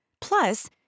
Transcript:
Plus